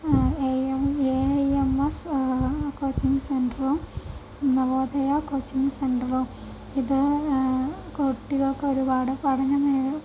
A I M S coaching സെൻറ്ററും Navodaya coaching സെൻറ്ററും ഇത് കുട്ടികൾക്ക് ഒരുപാട് പഠന മേ